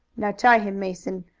now tie him, mason,